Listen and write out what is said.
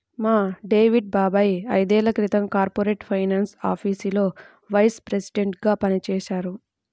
మా డేవిడ్ బాబాయ్ ఐదేళ్ళ క్రితం కార్పొరేట్ ఫైనాన్స్ ఆఫీసులో వైస్ ప్రెసిడెంట్గా పనిజేశారు